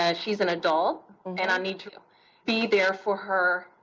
ah she's an adult and i need to be there for her,